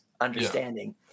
understanding